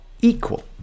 equal